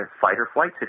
fight-or-flight